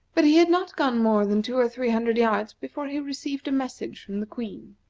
but he had not gone more than two or three hundred yards before he received a message from the queen.